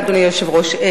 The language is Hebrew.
אדוני היושב-ראש,